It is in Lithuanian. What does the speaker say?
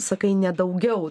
sakai ne daugiau